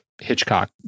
hitchcock